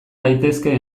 gaitezke